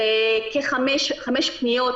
ועוד כתשע פניות